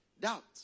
Doubt